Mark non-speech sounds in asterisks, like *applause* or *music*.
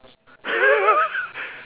*laughs*